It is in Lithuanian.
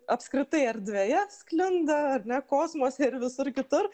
apskritai erdvėje sklinda ar ne kosmose ir visur kitur